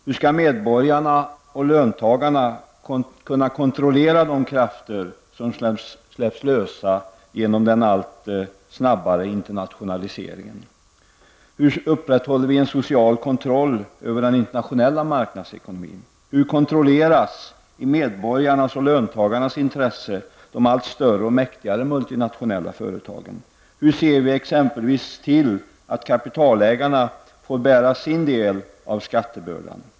Hur skall medborgarna och löntagarna kunna kontrollera de krafter som släpps loss genom den allt snabbare internationaliseringen? Hur upprätthåller vi en social kontroll över den internationella marknadsekonomin? Hur kontrolleras i medborgarnas och löntagarnas intresse de allt större och mäktigare multinationella företagen? Hur ser vi exempelvis till att kapitalägarna får bära sin del av skattebördan?